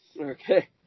Okay